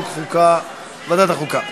אדוני היושב-ראש,